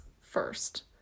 first